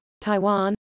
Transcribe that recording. Taiwan